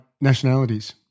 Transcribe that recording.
nationalities